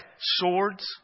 swords